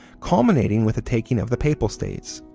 culminating with the taking of the papal states.